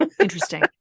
Interesting